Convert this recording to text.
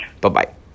Bye-bye